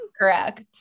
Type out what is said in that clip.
Correct